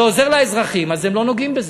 זה עוזר לאזרחים, אז הם לא נוגעים בזה.